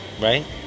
right